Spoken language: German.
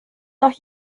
noch